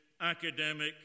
academic